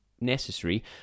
necessary